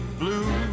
blue